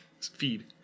feed